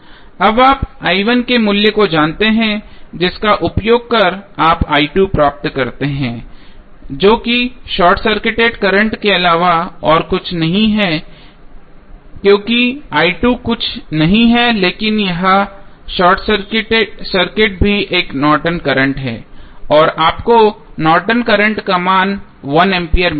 अब आप के मूल्य को जानते हैं जिसका उपयोग कर आप करंट प्राप्त करते हैं जो कि शॉर्ट सर्किट करंट के अलावा और कुछ नहीं है क्योंकि कुछ नहीं है लेकिन यहाँ शॉर्ट सर्किट भी एक नॉर्टन करंट Nortons current है और आपको नॉर्टन करंट Nortons current का मान 1 एम्पियर मिलता है